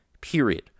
period